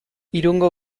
irungo